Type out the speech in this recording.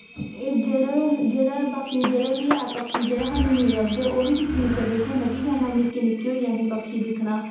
एह् जेह्ड़े जेह्ड़े बाकी जेह्ड़े बी ऐ पक्षी जेह्ड़े स्हानू निं लभदे ओह् बी दिक्खी दिक्खियै दुक्ख होंदा कि असें निक्के निक्के होइयै असें पक्षी दिक्खना